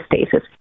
stasis